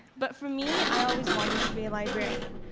but for me, i always wanted to be a librarian.